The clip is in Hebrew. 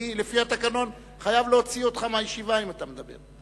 לפי התקנון אני חייב להוציא אותך מהישיבה אם אתה מדבר.